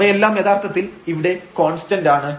അവയെല്ലാം യഥാർത്ഥത്തിൽ ഇവിടെ കോൺസ്റ്റൻഡാണ്